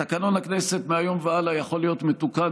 תקנון הכנסת מהיום והלאה יכול להיות מתוקן